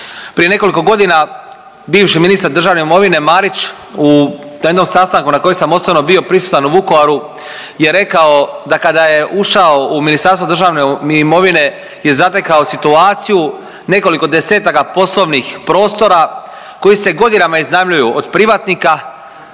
Prije nekoliko godina bivši ministar državne imovine Marić na jednom sastanku na kojem sam osobno bio prisutan u Vukovaru je rekao da kada je ušao u Ministarstvo državne imovine je zatekao situaciju nekoliko desetaka poslovnih prostora koji se godinama iznajmljuju od privatnika,